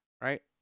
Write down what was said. right